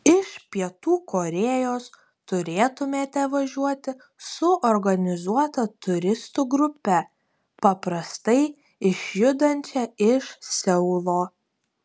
iš pietų korėjos turėtumėte važiuoti su organizuota turistų grupe paprastai išjudančia iš seulo